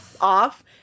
off